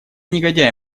негодяй